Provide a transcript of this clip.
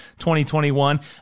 2021